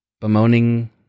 bemoaning